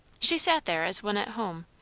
she sat there as one at home,